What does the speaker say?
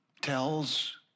tells